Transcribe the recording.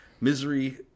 Misery